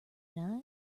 tonight